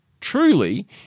truly